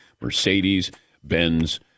Mercedes-Benz